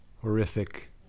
horrific